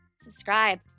subscribe